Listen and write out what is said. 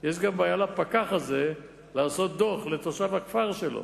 יש גם בעיה לפקח לעשות דוח לתושב הכפר שלו.